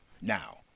Now